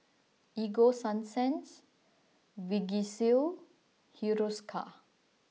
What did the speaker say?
Ego sunsense Vagisil Hiruscar